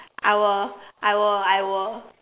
I will I will I will